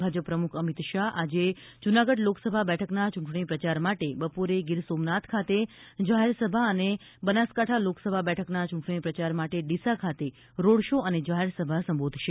ભાજપ પ્રમુખ અમિત શાહ આજે જૂનાગઢ લોકસભા બેઠકના ચૂંટણી પ્રચાર માટે બપોરે ગીર સોમનાથ ખાતે જાહેરસભા અને બનાસકાંઠા લોકસભા બેઠકના ચૂંટણી પ્રચાર માટે ડિસા ખાતે રોડ શો અને જાહેરસભા સંબોધશે